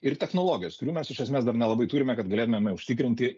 ir technologijos kurių mes iš esmės dar nelabai turime kad galėtumėme užtikrinti